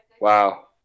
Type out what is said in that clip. Wow